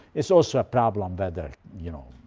it's also a problem whether, you know,